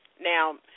Now